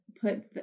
put